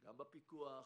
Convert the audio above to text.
גם בפיקוח,